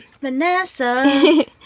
Vanessa